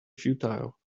futile